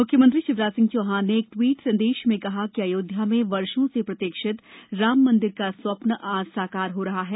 मुख्यमंत्री शिवराज सिंह चौहान ने एक ट्वीट संदेश में कहा कि अयोध्या में वर्षो से प्रतीक्षित राममंदिर का स्वप्न आज साकार हो रहा है